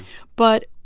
but,